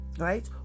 Right